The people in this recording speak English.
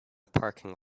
parking